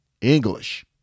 English